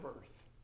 earth